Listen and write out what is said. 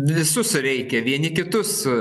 visus reikia vieni kitus